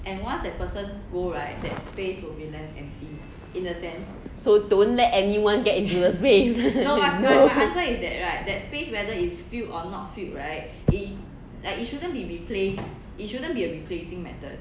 so don't let anyone get into the space